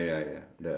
taxi